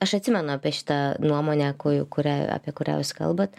aš atsimenu apie šitą nuomonę ku kurią apie kurią jūs kalbat